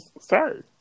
Sorry